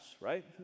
right